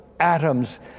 atoms